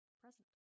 present